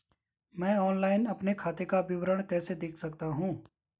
मैं ऑनलाइन अपने खाते का विवरण कैसे देख सकता हूँ?